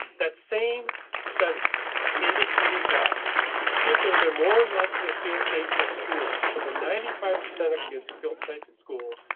that same study indicated that kids are going to more likely to feel safe at school. of the ninety five percent of kids who felt safe at school,